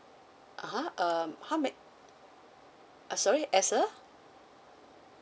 (uh huh) um how may uh sorry as a